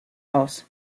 aus